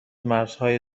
مرزهای